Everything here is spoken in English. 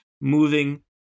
moving